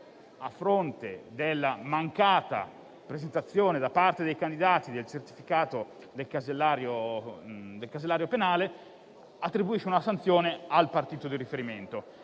a fronte della mancata presentazione da parte dei candidati del certificato del casellario penale, attribuisce una sanzione al partito di riferimento,